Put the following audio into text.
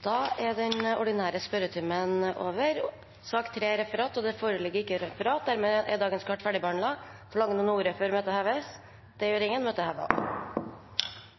Da er den ordinære spørretimen over. Det foreligger ikke referat. Dermed er sakene på dagens kart ferdigbehandlet. Forlanger noen ordet før møtet heves? – Møtet